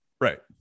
Right